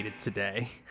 today